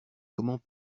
comment